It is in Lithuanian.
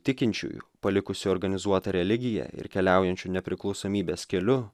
tikinčiųjų palikusių organizuotą religiją ir keliaujančių nepriklausomybės keliu